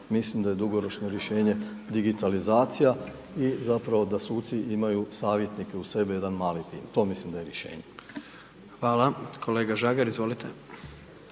mislim da je dugoročno rješenje digitalizacija i zapravo da suci imaju savjetnike uz sebe, jedan mali tim. To mislim da je rješenje. **Jandroković, Gordan